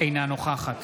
אינה נוכחת